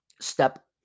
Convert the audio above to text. step